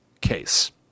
case